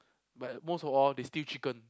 but most of all they steam chicken